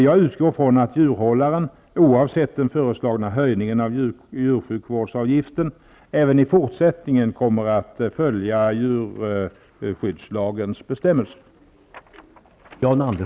Jag utgår från att djurhållaren, oavsett den föreslagna höjningen av djursjukvårdsavgiften, även i fortsättningen kommer att följa djurskyddslagens bestämmelser.